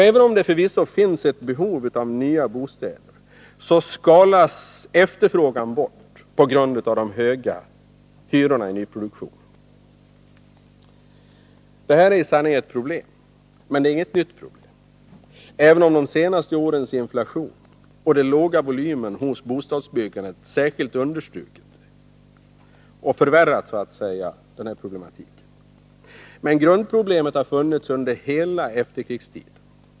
Även om det förvisso finns ett behov av nya bostäder, så skalas efterfrågan bort på grund av de höga hyrorna i nyproduktionen. Det här är i sanning ett problem. Men det är inget nytt problem, även om de senaste årens inflation och den låga volymen på bostadsbyggandet särskilt understrukit och förvärrat problemet. Men grundproblemet har funnits under hela efterkrigstiden.